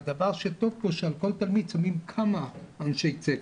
הדבר שטוב הוא שעל כל תלמיד שמים כמה אנשי צוות,